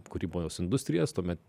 kūrybos industrijas tuomet